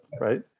Right